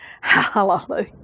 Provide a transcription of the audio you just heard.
Hallelujah